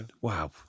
Wow